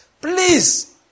Please